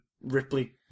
Ripley